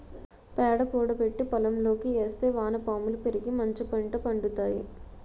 పేడ కూడబెట్టి పోలంకి ఏస్తే వానపాములు పెరిగి మంచిపంట పండుతాయి